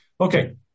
Okay